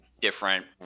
different